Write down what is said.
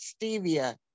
stevia